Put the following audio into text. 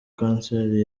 kanseri